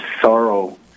sorrow